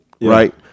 right